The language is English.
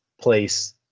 place